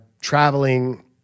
traveling